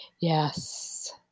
Yes